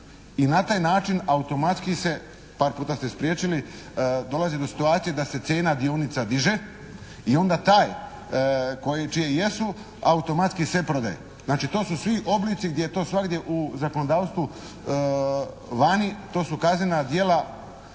i na taj način automatski se, par puta ste spriječili, dolazi do situacije da se cijena dionica diže i onda taj čije jesu automatski sve prodaje. Znači to su svi oblici gdje je to svagdje u zakonodavstvu vani, to su kaznena djela